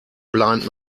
blind